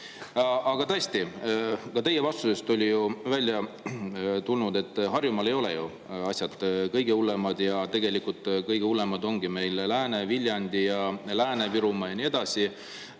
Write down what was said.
Aga tõesti, ka teie vastusest tuli ju välja, et Harjumaal ei ole asjad kõige hullemad, tegelikult on kõige hullem meil Lääne-, Viljandi- ja Lääne-Virumaal ja nii edasi.